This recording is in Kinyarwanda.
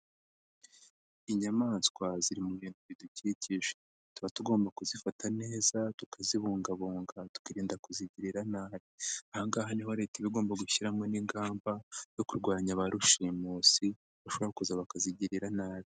Inyamaswa ziri mu bintu bidukikije, tuba tugomba kuzifata neza tukazibungabunga tukirinda kuzigirira nabi, ahangaha niho Leta iba igomba gushyimo n'ingamba zo kurwanya ba rushimusi bashobora kuza bakazigirira nabi.